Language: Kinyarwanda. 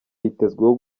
yitezweho